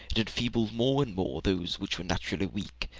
it enfeebled more and more those which were naturally weak.